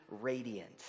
Radiant